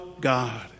God